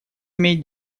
имеет